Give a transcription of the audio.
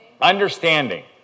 Understanding